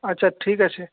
আচ্ছা ঠিক আছে